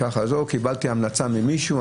קיבלתי המלצה ממישהו,